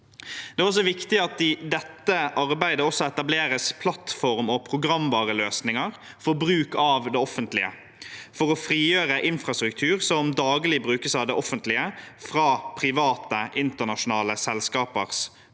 Det er også viktig at det i dette arbeidet etableres plattform- og programvareløsninger til bruk av det offentlige for å frigjøre infrastruktur som daglig brukes av det offentlige, fra private internasjonale selskapers kontroll.